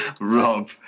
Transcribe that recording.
Rob